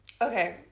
okay